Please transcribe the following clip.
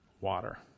water